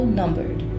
numbered